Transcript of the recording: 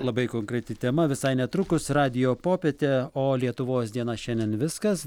labai konkreti tema visai netrukus radijo popietė o lietuvos diena šiandien viskas